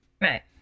Right